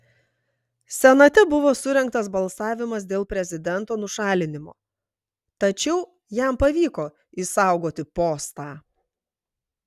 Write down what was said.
senate buvo surengtas balsavimas dėl prezidento nušalinimo tačiau jam pavyko išsaugoti postą